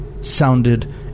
Sounded